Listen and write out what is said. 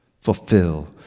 fulfill